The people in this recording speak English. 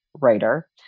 writer